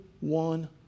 one